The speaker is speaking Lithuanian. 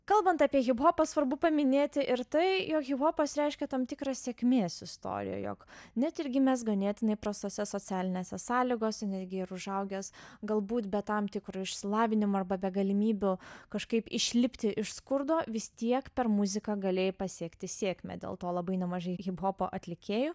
kalbant apie hiphopą svarbu paminėti ir tai jog hiphopas reiškia tam tikrą sėkmės istoriją jog net ir gimęs ganėtinai prastose socialinėse sąlygose netgi ir užaugęs galbūt be tam tikro išsilavinimo arba be galimybių kažkaip išlipti iš skurdo vis tiek per muziką galėjai pasiekti sėkmę dėl to labai nemažai hiphopo atlikėjų